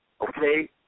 okay